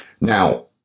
Now